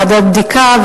ועדת בדיקה,